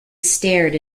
stared